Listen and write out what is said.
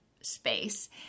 space